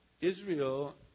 Israel